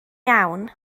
iawn